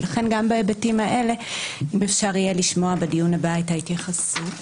לכן גם בהיבטים האלה אם אפשר יהיה לשמוע בדיון הבא את ההתייחסות.